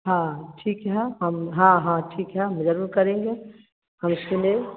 हाँ ठीक है हम हाँ हाँ ठीक है हम ज़रूर करेंगे हम इसके लिए